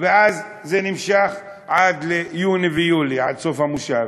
ואז זה נמשך עד יוני-יולי, עד סוף המושב.